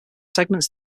segments